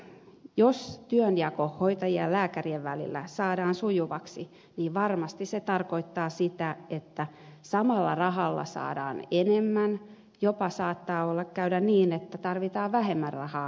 jos työnjako hoitajien ja lääkärien välillä saadaan sujuvaksi niin varmasti se tarkoittaa sitä että samalla rahalla saadaan enemmän jopa saattaa käydä niin että tarvitaan vähemmän rahaa terveydenhuoltoon